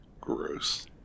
Gross